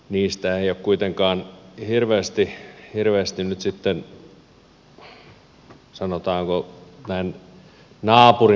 niistä ei ole kuitenkaan hirveästi nyt sitten sanotaanko näin naapurinpoikana positiivista näkynyt